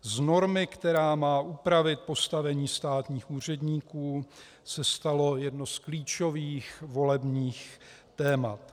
Z normy, která má upravit postavení státních úředníků, se stalo jedno z klíčových volebních témat.